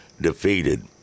Defeated